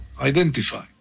identify